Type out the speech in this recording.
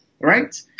Right